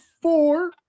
four